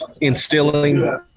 instilling